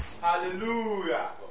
Hallelujah